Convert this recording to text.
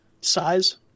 size